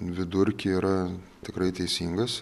vidurkį yra tikrai teisingas